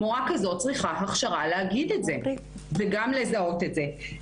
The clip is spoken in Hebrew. מורה כזו צריכה הכשרה להגיד את זה וגם לזהות את זה.